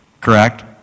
Correct